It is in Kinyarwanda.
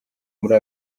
muri